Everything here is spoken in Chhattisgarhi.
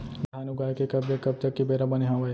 धान उगाए के कब ले कब तक के बेरा बने हावय?